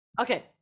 okay